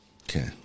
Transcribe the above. Okay